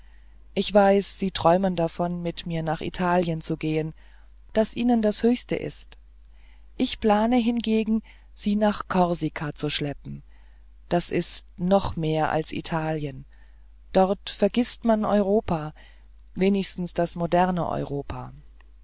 ich weiß sie träumen davon mit mir nach italien zu gehen das ihnen das höchste ist ich plane hingegen sie nach korsika zu schleppen das ist noch mehr als italien dort vergißt man europa wenigstens das moderne europa